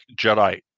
Jedi